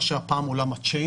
מה שהיה פעם עולם הצ'יינג'.